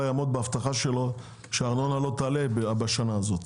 יעמוד בהבטחה שלו שהארנונה לא תעלה בשנה הזו.